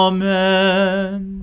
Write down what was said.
Amen